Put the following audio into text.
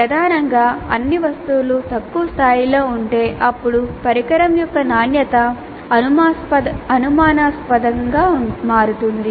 ప్రధానంగా అన్ని వస్తువులు తక్కువ స్థాయిలో ఉంటే అప్పుడు పరికరం యొక్క నాణ్యత అనుమానాస్పదంగా మారుతుంది